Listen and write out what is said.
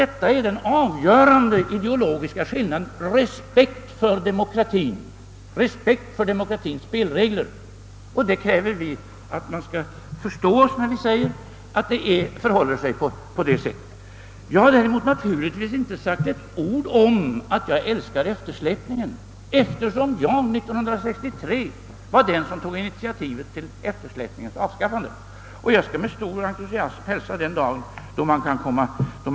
Den avgörande ideologiska skillnaden består alltså i respekten för demokratien och demokratiens spelregler. Jag har inte sagt att jag älskar eftersläpningen. Det var ju jag som 1963 tog initiativet till eftersläpningens avskaffande, och jag kommer att med stor entusiasm hälsa den dag då den är förbi.